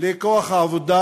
לכוח העבודה,